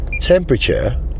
temperature